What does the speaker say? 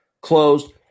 Closed